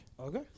Okay